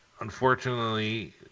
unfortunately